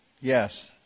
Yes